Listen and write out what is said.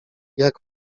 jak